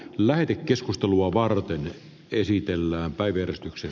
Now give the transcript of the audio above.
lähetekeskustelua varten esitellään teitä